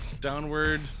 downward